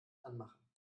anmachen